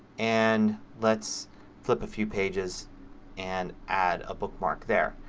and let's flip a few pages and add a bookmark there.